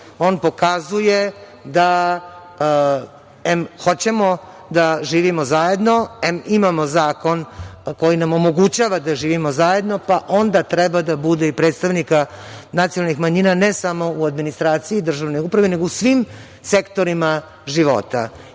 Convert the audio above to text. on pokazuje da em hoćemo da živimo zajedno, em imamo zakon koji nam omogućava da živimo zajedno, pa onda treba da bude i predstavnika nacionalnih manjina ne samo u administraciji državne uprave, nego u svim sektorima života